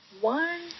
one